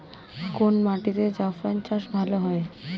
কোন মাটিতে জাফরান চাষ ভালো হয়?